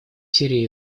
сирии